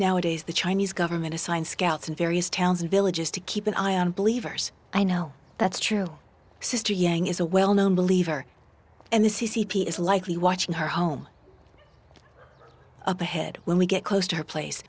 nowadays the chinese government assigns scouts in various towns and villages to keep an eye on believers i know that's true sister yang is a well known believer and the c c p is likely watching her home up ahead when we get close to her place